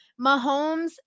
Mahomes